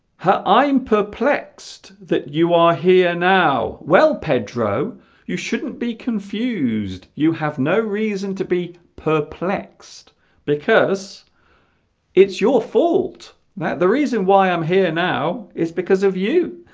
her i'm perplexed that you are here now well pedro you shouldn't be confused you have no reason to be perplexed because it's your fault that the reason why i'm here now is because of you